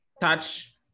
touch